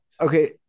Okay